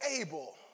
able